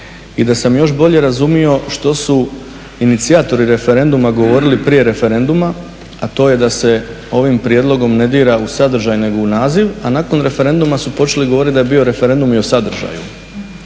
I da sam još bolje razumio što su inicijatori referenduma govorili prije referenduma, a to je da se ovim prijedlogom ne dira u sadržaj nego u naziv, a nakon referenduma su počeli govoriti da je bio referendum i o sadržaju.